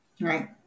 Right